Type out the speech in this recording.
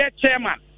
chairman